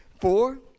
Four